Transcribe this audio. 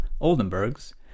Oldenburg's